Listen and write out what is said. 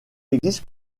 existe